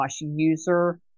user